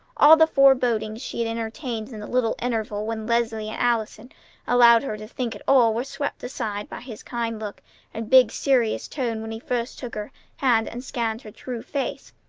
all the forebodings she had entertained in the little intervals when leslie and allison allowed her to think at all were swept aside by his kind look and big, serious tone when he first took her hand and scanned her true face.